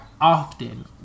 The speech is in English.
often